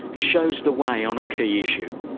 shows the way on a key issue,